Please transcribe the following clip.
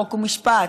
חוק ומשפט,